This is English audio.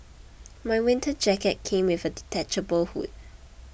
my winter jacket came with a detachable hood